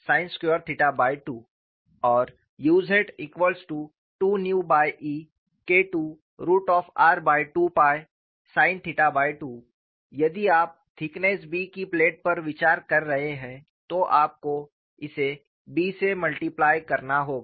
फिर uyKII2Gr2cos2 1 1sin22 औरuz2EKIIr2sin2 यदि आप थिकनेस B की प्लेट पर विचार कर रहे हैं तो आपको इसे B से मल्टीप्लय करना होगा